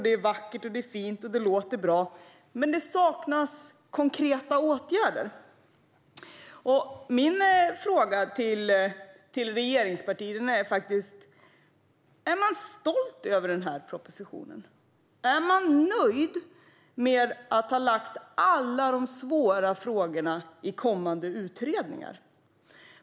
Det är vackert, fint och låter bra, men det saknas konkreta åtgärder. Min fråga till regeringspartierna är: Är man stolt över den här propositionen? Är man nöjd med att ha lagt alla de svåra frågorna i kommande utredningar?